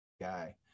guy